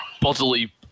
bodily